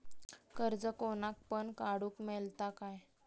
कर्ज कोणाक पण काडूक मेलता काय?